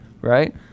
right